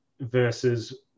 Versus